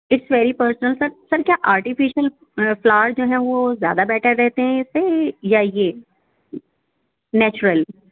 it's very personal sir sir کیا artificial flowers جو ہیں وہ زیادہ بیٹر رہتے ہیں اِس سے یا یہ نیچرل